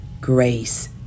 grace